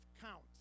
count